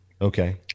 Okay